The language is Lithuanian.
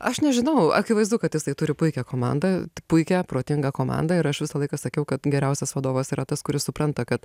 aš nežinau akivaizdu kad jisai turi puikią komandą puikią protingą komandą ir aš visą laiką sakiau kad geriausias vadovas yra tas kuris supranta kad